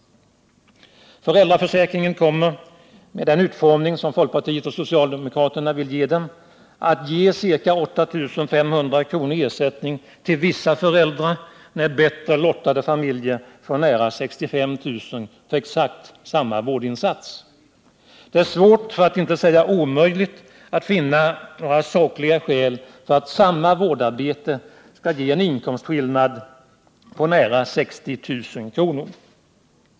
Föräldraförsäkringen kommer — med den utformning som folkpartiet och socialdemokraterna vill ge den — att ge ca 8 500 kr. i ersättning till vissa föräldrar, när bättre lottade familjer får nära 65 000 kr. för exakt samma vårdinsats. Det är svårt, för att inte säga omöjligt, att finna några sakliga skäl för att samma vårdarbete skall ge en inkomstskillnad på nära 60 000 kr.